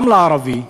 גם לערבי,